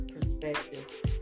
perspective